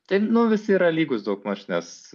tai nu visi yra lygūs daugmaž nes